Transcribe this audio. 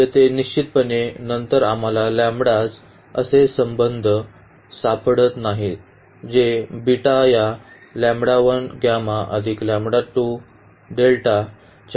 तर येथे निश्चितपणे नंतर आम्हाला असे संबंध सापडत नाहीत जे बीटा या च्या समान आहे